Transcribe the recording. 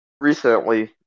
recently